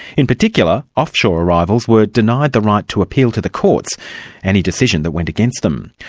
in particular, offshore arrivals were denied the right to appeal to the courts any decision that went against them.